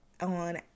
on